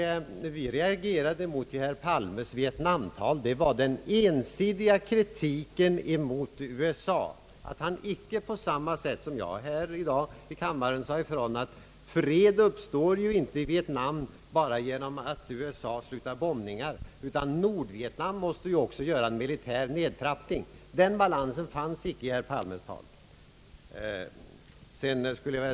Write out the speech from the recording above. Det vi reagerade emot i herr Palmes Vietnam-tal var den ensidiga kritiken mot USA, att han icke, på samma sätt som jag här i dag i kammaren, sade ifrån att fred uppstår ju inte i Vietnam bara genom att USA slutar bombningarna, utan Nordvietnam måste också göra en militär nedtrappning. Den balansen fanns inte i herr Palmes tal.